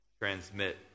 transmit